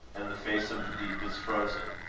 and the face of the deep is frozen.